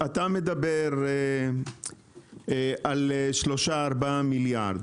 אתה מדבר על 3 מיליארד.